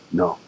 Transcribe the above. no